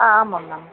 ஆ ஆமாங்க மேம்